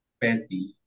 petty